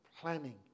planning